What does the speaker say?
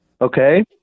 Okay